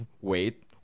wait